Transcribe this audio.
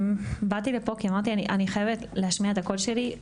באתי לפה כי אמרתי אני חייבת להשמיע את הקול שלי.